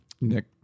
Nick